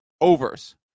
overs